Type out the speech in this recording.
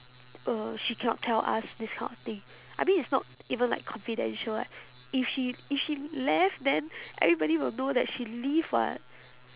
uh she cannot tell us this kind of thing I mean it's not even like confidential like if she if she left then everybody will know that she leave what